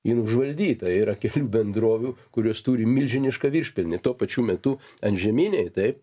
jin užvaldyta yra kiek bendrovių kurios turi milžinišką viršpelnį tuo pačiu metu antžeminėj taip